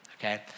okay